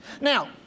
Now